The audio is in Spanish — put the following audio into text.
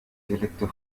dialecto